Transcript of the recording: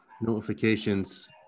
notifications